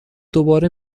دوباره